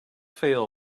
fail